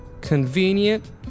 Convenient